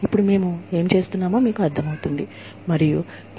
ఇప్పుడు మేము ఏమి చేస్తున్నామో మీకు అర్ధమయింది